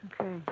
okay